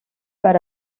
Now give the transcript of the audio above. per